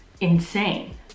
insane